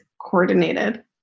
coordinated